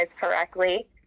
correctly